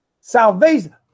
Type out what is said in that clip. salvation